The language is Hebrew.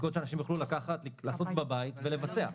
בדיקות שאנשים יוכלו לקחת, לעשות בבית ולבצע.